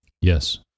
Yes